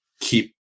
keep